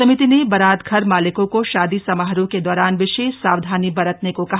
समिति ने बरातघर मालिकों को शादी समारोह के दौरान विशेष सावधानी बरतने को कहा